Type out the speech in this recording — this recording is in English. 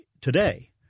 Today